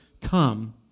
come